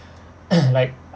like